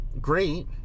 great